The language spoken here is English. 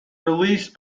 released